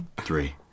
three